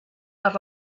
per